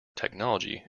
technology